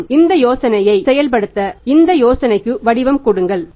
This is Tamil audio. மற்றும் இந்த யோசனையை செயல்படுத்த இந்த யோசனைக்கு வடிவம் கொடுங்கள்